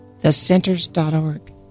thecenters.org